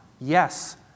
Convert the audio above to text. Yes